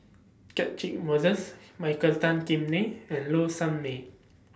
Catchick Moses Michael Tan Kim Nei and Low Sanmay